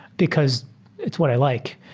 because it's what i like.